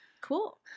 Cool